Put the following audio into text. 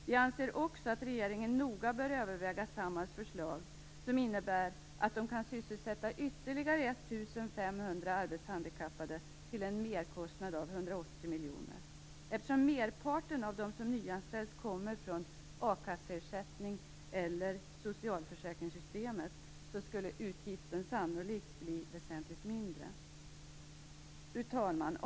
Vi anser också att regeringen noga bör överväga Samhalls förslag, som innebär att de kan sysselsätta ytterligare 1 500 arbetshandikappade till en merkostnad av 180 miljoner. Eftersom merparten av dem som nyanställs kommer från akasseersättning eller socialförsäkringssystemet, skulle utgiften sannolikt bli väsentligt mindre. Fru talman!